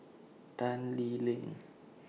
Tan Lee Leng